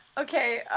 okay